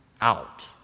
out